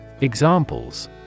Examples